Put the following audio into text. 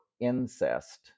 incest